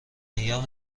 ایام